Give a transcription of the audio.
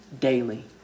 daily